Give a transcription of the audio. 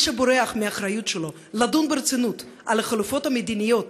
מי שבורח מהאחריות שלו לדון ברצינות על החלופות המדיניות,